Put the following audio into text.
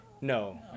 No